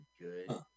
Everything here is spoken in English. good